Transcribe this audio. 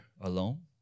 alone